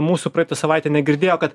mūsų praeitą savaitę negirdėjo kad